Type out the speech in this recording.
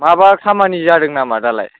माबा खामानि जादों नामा दालाय